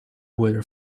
weather